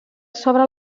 sobre